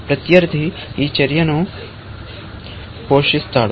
ప్రత్యర్థి ఈ చర్యను పోషిస్తాడు